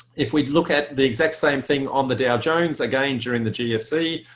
if we look at the exact same thing on the dow jones again during the gfc,